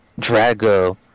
Drago